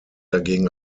dagegen